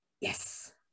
Yes